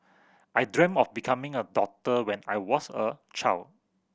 I dream of becoming a doctor when I was a child